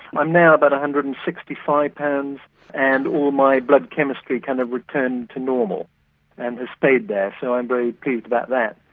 i'm now about one hundred and sixty five pounds and all my blood chemistry kind of returned to normal and has stayed there, so i'm very pleased about that,